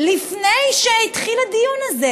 לפני שהתחיל הדיון הזה.